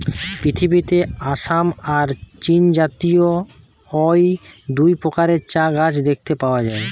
পৃথিবীতে আসাম আর চীনজাতীয় অউ দুই প্রকারের চা গাছ দেখতে পাওয়া যায়